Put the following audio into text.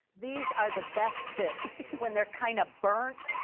these are the best bits, when they're kind of burnt,